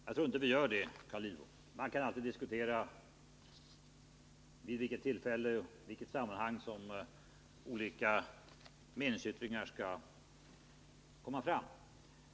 Jag tror inte vi gör det, Carl Lidbom. Man kan diskutera vid vilket tillfälle och i vilket sammanhang som olika meningsyttringar skall komma fram.